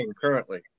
currently